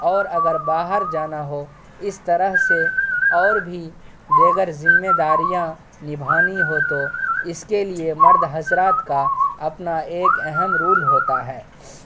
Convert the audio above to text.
اور اگر باہر جانا ہو اس طرح سے اور بھی دیگر ذمےداریاں نبھانی ہوں تو اس کے لیے مرد حضرات کا اپنا ایک اہم رول ہوتا ہے